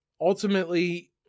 ultimately